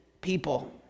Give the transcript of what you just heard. people